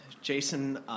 Jason